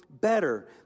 Better